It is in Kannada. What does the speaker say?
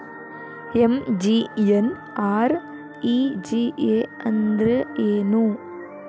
ಎಂ.ಜಿ.ಎನ್.ಆರ್.ಇ.ಜಿ.ಎ ಅಂದ್ರೆ ಏನು?